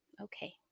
okay